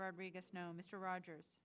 rodriguez no mr rogers